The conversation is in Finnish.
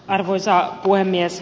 arvoisa puhemies